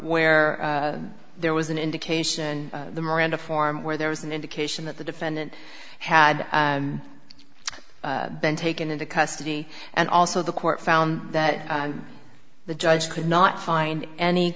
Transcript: where there was an indication the miranda form where there was an indication that the defendant had been taken into custody and also the court found that the judge could not find any